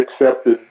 accepted